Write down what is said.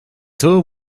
tube